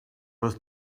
was